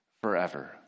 forever